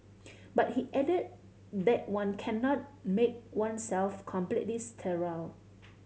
but he added that one cannot make oneself completely sterile